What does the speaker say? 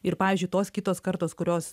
ir pavyzdžiui tos kitos kartos kurios